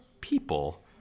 people